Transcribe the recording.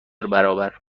برابر